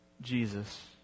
Jesus